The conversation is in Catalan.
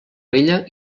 vella